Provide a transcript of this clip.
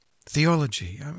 Theology